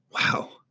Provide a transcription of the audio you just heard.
Wow